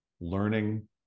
learning